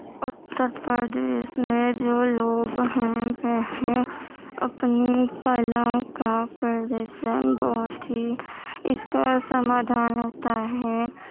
اتر پردیش میں جو لوگ ہیں وہ اپنی کلا کا پردرشن بہت ہی اس کا سمادھان ہوتا ہے